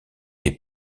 est